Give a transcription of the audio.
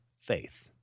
faith